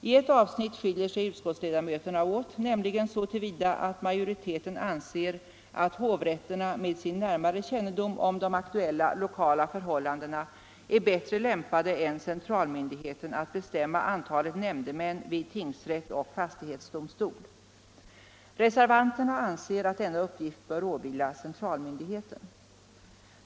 I ett avsnitt skiljer sig utskottsledamöterna åt, nämligen så till vida att majoriteten anser att hovrätterna med sin närmare kännedom om de aktuella lokala förhållandena är bättre lämpade än centralmyndigheten att bestämma antalet nämndemän vid tingsrätt och fastighetsdomstol. Reservanterna anser att denna uppgift bör åvila centralmyndigheten.